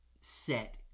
set